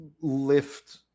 lift